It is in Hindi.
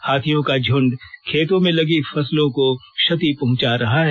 हाथियों का झूंड खेतों में लगी फसलों को क्षति पहुंचा रहा है